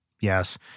Yes